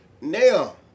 Now